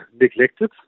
neglected